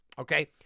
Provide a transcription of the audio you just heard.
Okay